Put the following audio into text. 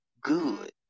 good